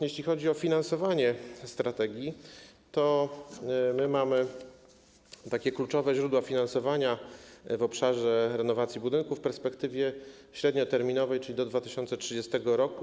Jeśli chodzi o finansowanie strategii, to mamy kluczowe źródła finansowania w obszarze renowacji budynków w perspektywie średnioterminowej, czyli do 2030 r.